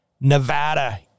Nevada